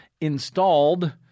installed